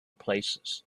places